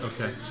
Okay